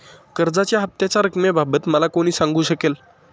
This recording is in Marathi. कर्जाच्या हफ्त्याच्या रक्कमेबाबत मला कोण सांगू शकेल?